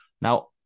Now